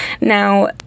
now